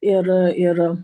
ir ir